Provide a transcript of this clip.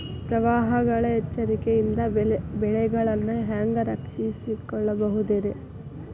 ಪ್ರವಾಹಗಳ ಎಚ್ಚರಿಕೆಯಿಂದ ಬೆಳೆಗಳನ್ನ ಹ್ಯಾಂಗ ರಕ್ಷಿಸಿಕೊಳ್ಳಬಹುದುರೇ?